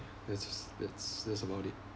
that's that's that's about it